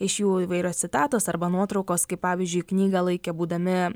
iš jų įvairios citatos arba nuotraukos kaip pavyzdžiui knygą laikė būdami